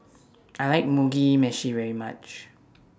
I like Mugi Meshi very much